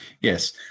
Yes